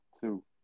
Two